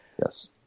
Yes